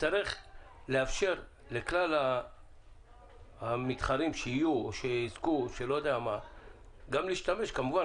תצטרך לאפשר לכלל המתחרים שיהיו או שיזכו גם להשתמש כמובן